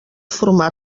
formar